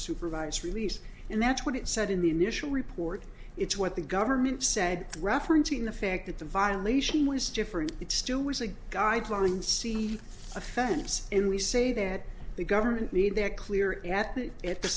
supervised release and that's what it said in the initial report it's what the governor said referencing the fact that the violation was different it still was a guideline see offense and we say that the government made their clear at